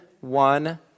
one